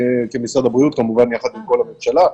כמשרד הבריאות כמובן יחד עם כל הממשלה,